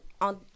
on